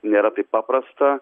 nėra taip paprasta